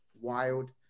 wild